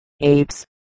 apes